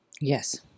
yes